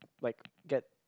like get